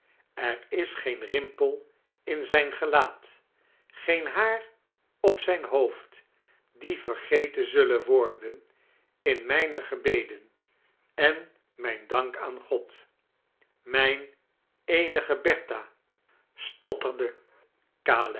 er is geen rimpel in zijn gelaat geen haar op zijn hoofd die vergeten zullen worden in mijme gebeden en mijn dank aan god mijn eenige bertha stotterde